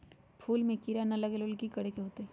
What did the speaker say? फूल में किरा ना लगे ओ लेल कि करे के होतई?